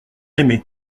aimé